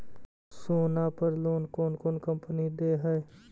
सोना पर लोन कौन कौन कंपनी दे है?